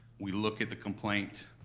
we look at the complaint,